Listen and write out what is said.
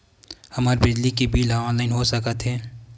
हमर बिजली के बिल ह ऑनलाइन हो सकत हे?